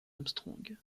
armstrong